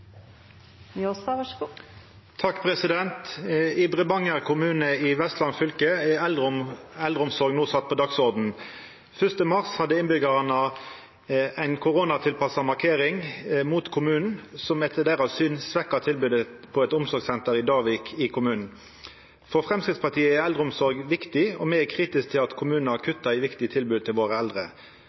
eldreomsorg på dagsordenen. 1. mars hadde innbyggarane ei koronatilpassa markering mot kommunen, som etter deiras syn svekker tilbodet på eit omsorgssenter i Davik i kommunen. For Framstegspartiet er eldreomsorg viktig og me er kritisk til at kommunar kutter i viktige tilbod til våre eldre.